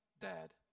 dad